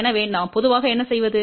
எனவே நாம் பொதுவாக என்ன செய்வது